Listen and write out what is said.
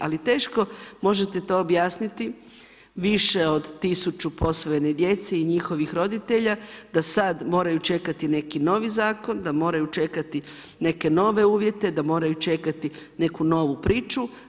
Ali teško možete to objasniti više od tisuću posvojene djece i njihovih roditelja da sada moraju čekati neki novi zakon, da moraju čekati neke nove uvjete, da moraju čekati neku novu priču.